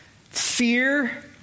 Fear